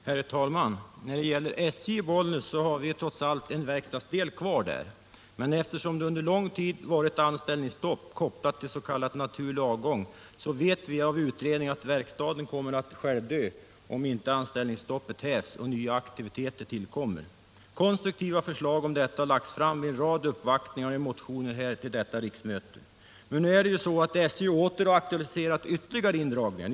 Herr talman! När det gäller SJ i Bollnäs har vi trots allt en verkstadsdel kvar. Men eftersom det under lång tid varit anställningsstopp, kopplat till s.k. naturlig avgång, vet vi från utredningar att verkstaden kommer att självdö, om inte anställningsstoppet hävs och nya aktiviteter tillkommer. Konstruktiva förslag om detta har lagts fram vid en rad uppvaktningar och i motioner till detta riksmöte. Men nu är det så att SJ åter har aktualiserat indragningar.